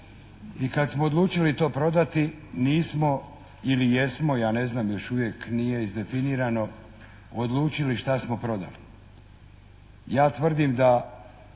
I kad smo odlučili to prodati nismo, ili jesmo, ja ne znam još uvijek nije izdefinirano, odlučili šta smo prodali. Ja tvrdim da